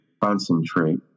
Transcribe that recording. concentrate